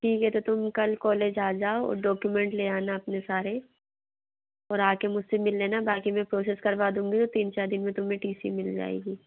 ठीक है तो तुम कल कॉलेज आ जाओ डॉक्यूमेंट ले आना अपने सारे और आकर मुझसे मिल लेना बाकी मैं कोशिश करवा दूँगी तो तीन चार दिन में तुम्हें टी सी मिल जाएगी